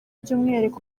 by’umwihariko